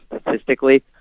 statistically